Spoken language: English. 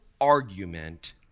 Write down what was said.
argument